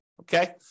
Okay